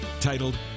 titled